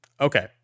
okay